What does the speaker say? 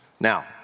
Now